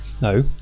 no